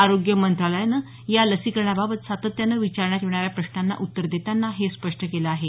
आरोग्य मंत्रालयानं या लसीकरणाबाबत सातत्यानं विचारण्यात येणाऱ्या प्रश्नांना उत्तर देतांना हे स्पष्ट केलं आहे